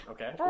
Okay